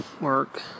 work